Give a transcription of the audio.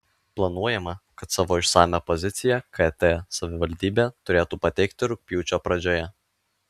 planuojama kad savo išsamią poziciją kt savivaldybė turėtų pateikti rugpjūčio pradžioje